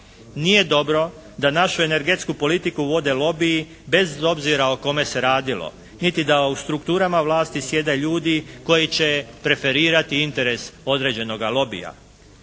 Nije dobro da našu energetsku politiku vode lobiji bez obzira o kome se radilo, niti da u strukturama vlasti sjede ljudi koji će preferirati interes određenoga lobija.